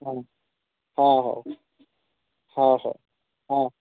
ହଁ ହଁ ହଉ ହଁ ହଉ ହଁ